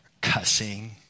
cussing